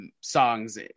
songs